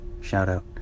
shout-out